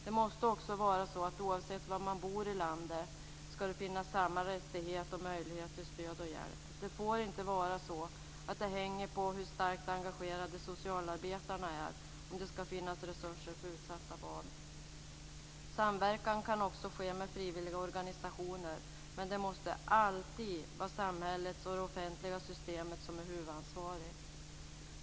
Det måste också vara så att oavsett var man bor i landet ska det finnas samma rättighet och möjlighet till stöd och hjälp. Det får inte vara så att det hänger på hur starkt engagerade socialarbetarna är om det ska finnas resurser för utsatta barn. Samverkan kan också ske med frivilliga organisationer men det måste alltid vara samhället och det offentliga systemet som är huvudansvarigt.